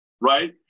right